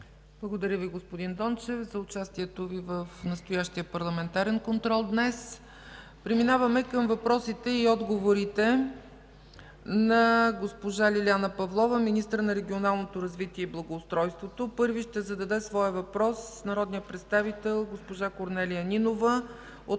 Благодаря, господин Дончев, за участието Ви в настоящия парламентарен контрол днес. Преминаваме към въпросите и отговорите на госпожа Лиляна Павлова – министър на регионалното развитие и благоустройството. Пръв ще зададе своя въпрос народният представител госпожа Корнелия Нинова